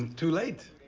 too late.